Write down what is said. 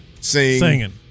singing